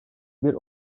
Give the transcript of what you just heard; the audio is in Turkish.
bir